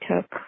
took